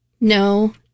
No